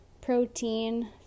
protein